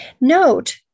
Note